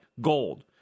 gold